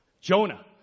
Jonah